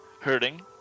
hurting